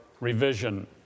revision